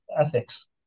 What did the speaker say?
ethics